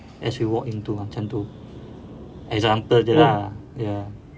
as we walk into macam tu example jer lah